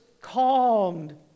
calmed